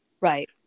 Right